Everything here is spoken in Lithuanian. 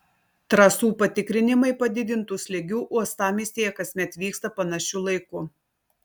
trasų patikrinimai padidintu slėgiu uostamiestyje kasmet vyksta panašiu laiku